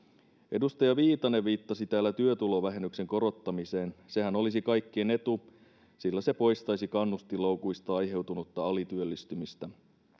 edustaja viitanen viittasi täällä työtulovähennyksen korottamiseen sehän olisi kaikkien etu sillä se poistaisi kannustinloukuista aiheutunutta alityöllistymistä